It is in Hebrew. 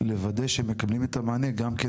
ולוודא שהם מקבלים את המענה, גם כן